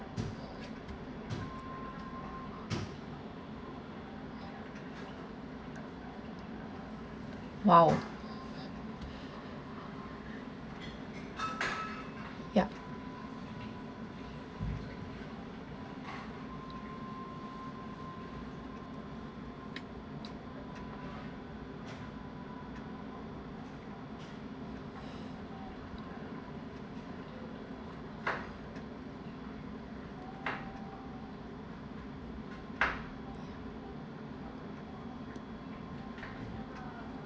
!wow! yup